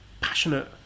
passionate